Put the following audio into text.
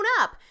up